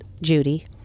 Judy